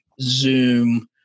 zoom